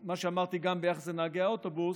מה שאמרתי גם ביחס לנהגי האוטובוס: